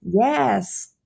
Yes